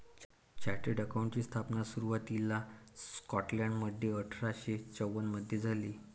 chartered अकाउंटंटची स्थापना सुरुवातीला स्कॉटलंडमध्ये अठरा शे चौवन मधे झाली